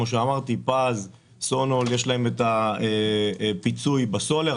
לפז וסונול יש פיצוי בסולר.